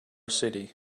city